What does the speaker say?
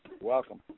Welcome